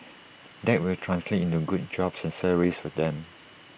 that will translate into good jobs and salaries for them